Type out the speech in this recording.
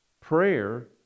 Prayer